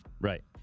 Right